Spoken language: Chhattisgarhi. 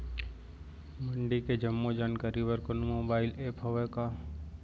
मंडी के जम्मो जानकारी बर कोनो मोबाइल ऐप्प हवय का?